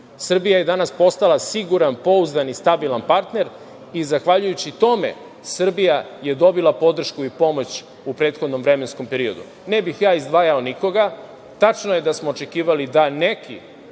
Srbija je danas postala siguran, pouzdan i stabilan partner i zahvaljujući tome Srbija je dobila podršku i pomoć u prethodnom vremenskom periodu. Ne bih ja izdvajao nikoga. Tačno je da smo očekivali da neki